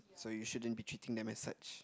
so you shouldn't be treating them as such